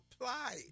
apply